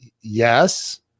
yes